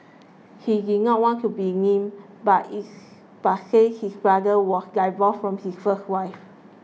he did not want to be named but its but said his brother was divorced from his first wife